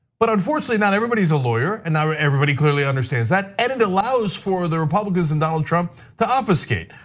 but unfortunately, not everybody is a lawyer, and not everybody clearly understands that, and it allows for the republicans and donald trump to obfuscate.